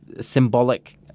symbolic